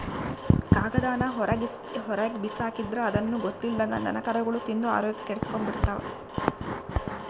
ಕಾಗದಾನ ಹೊರುಗ್ಬಿಸಾಕಿದ್ರ ಅದುನ್ನ ಗೊತ್ತಿಲ್ದಂಗ ದನಕರುಗುಳು ತಿಂದು ಆರೋಗ್ಯ ಕೆಡಿಸೆಂಬ್ತವ